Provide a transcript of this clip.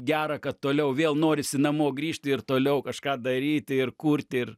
gera kad toliau vėl norisi namo grįžti ir toliau kažką daryti ir kurti ir